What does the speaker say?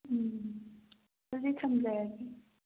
ꯎꯝ ꯑꯗꯨꯗꯤ ꯊꯝꯖꯔꯒꯦ